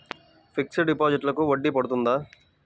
Fixed డిపాజిట్లకు వడ్డీ పడుతుందా?